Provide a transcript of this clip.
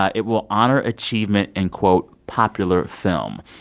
it will honor achievement and quote, popular film.